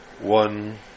one